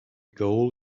goal